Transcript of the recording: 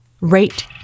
Rate